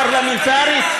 פרלמנטרית,